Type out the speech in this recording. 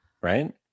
Right